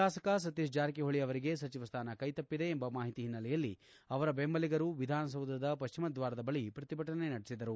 ಶಾಸಕ ಸತೀಶ್ ಜಾರಕಿಹೊಳೆ ಅವರಿಗೆ ಸಚಿವ ಸ್ಥಾನ ಕೈತಪ್ಪದೆ ಎಂಬ ಮಾಹಿತಿ ಹಿನ್ನೆಲೆಯಲ್ಲಿ ಅವರ ಬೆಂಬಲಿಗರು ವಿಧಾನಸೌದದ ಪಶ್ಚಿಮ ದ್ವಾರದ ಬಳಿ ಪ್ರತಿಭಟನೆ ನಡೆಸಿದರು